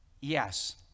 Yes